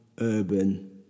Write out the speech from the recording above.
urban